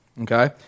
Okay